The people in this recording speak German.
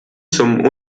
zum